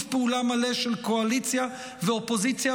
פעולה מלא של קואליציה ואופוזיציה,